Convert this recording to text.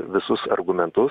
visus argumentus